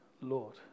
Lord